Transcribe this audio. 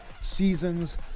Seasons